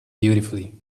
beautifully